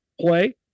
play